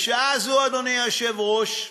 בשעה זו, אדוני היושב-ראש,